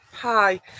Hi